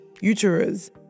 uterus